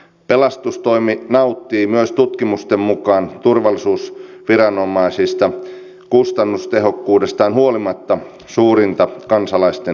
pelastustoimi nauttii myös tutkimusten mukaan turvallisuusviranomaisista kustannustehokkuudestaan huolimatta suurinta kansalaisten luottamusta